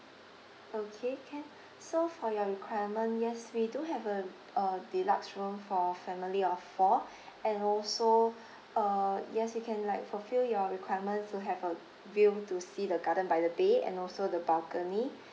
okay can so for your requirement yes we do have uh a deluxe room for a family of four and also uh yes we can like fulfil your requirements to have a view to see the garden by the bay and also the balcony